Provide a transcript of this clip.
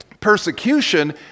persecution